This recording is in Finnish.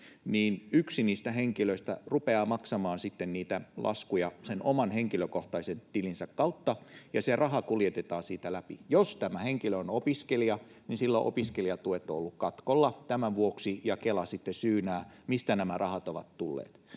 niin yksi niistä henkilöistä rupeaa maksamaan sitten niitä laskuja sen oman henkilökohtaisen tilinsä kautta, ja se raha kuljetetaan siitä läpi. Jos tämä henkilö on opiskelija, niin silloin opiskelijatuet ovat olleet katkolla tämän vuoksi, ja Kela sitten syynää, mistä nämä rahat ovat tulleet.